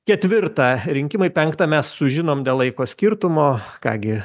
ketvirtą rinkimai penktą mes sužinom dėl laiko skirtumo ką gi